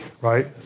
right